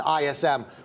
ISM